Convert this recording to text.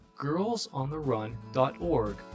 girlsontherun.org